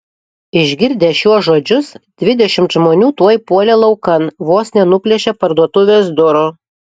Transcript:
išgirdę šiuos žodžius dvidešimt žmonių tuoj puolė laukan vos nenuplėšė parduotuvės durų